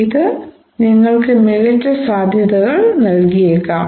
ഇത് നികൾക്കു മികച്ച സാദ്ധ്യതകൾ നൽകിയേക്കാം